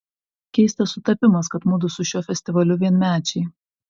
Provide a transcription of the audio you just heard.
keistas sutapimas kad mudu su šiuo festivaliu vienmečiai